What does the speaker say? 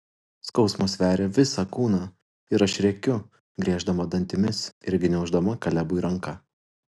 skausmas veria visą kūną ir aš rėkiu grieždama dantimis ir gniauždama kalebui ranką